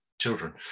children